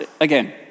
again